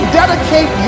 dedicate